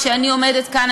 כשאני עומדת כאן,